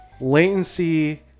latency